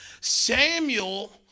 Samuel